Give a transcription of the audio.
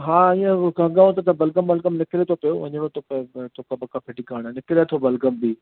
हा ईअं पोइ खंघाव थो त बलगम वलगम निकिरे थो पियो वञणो थो पए पर थुक वुक फिटी करणु निकिरे थो बलगम बि